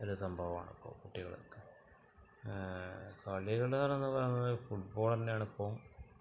ഒരു സംഭവമാണ് അപ്പോള് കുട്ടികള്ക്ക് കളികള് എന്നു പറയുന്നത് ഫുട്ബോള് തന്നെയാണ് ഇപ്പോള്